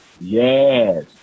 Yes